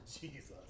Jesus